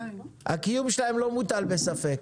הקיום שלהם לא מוטל בספק,